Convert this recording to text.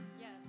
Yes